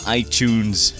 iTunes